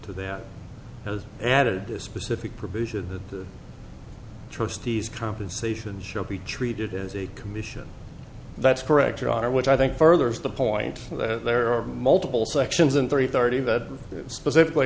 to that has added this specific provision that the trustees compensation should be treated as a commission that's correct your honor which i think furthers the point that there are multiple sections in three thirty that specifically